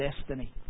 destiny